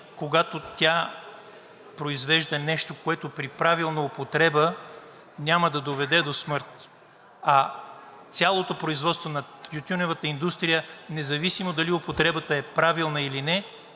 когато тя произвежда нещо, което при правилна употреба няма да доведе до смърт, а цялото производство на тютюневата индустрия, независимо дали употребата е правилна или не,